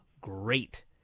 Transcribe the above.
great